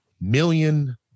million